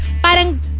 parang